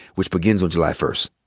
which begins on july first.